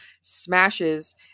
smashes